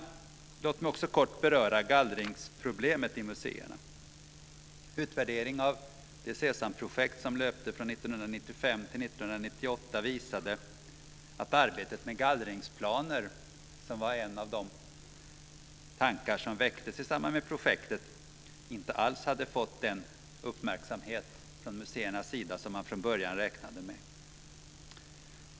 Låt mig också kort beröra gallringsproblemet i museerna. Utvärderingen av Sesamprojektet, som löpte från 1995 till 1998, visade att arbetet med gallringsplaner, som var en av de tankar som väcktes i samband med projektet, inte alls hade fått den uppmärksamhet från museernas sida som man från början räknade med.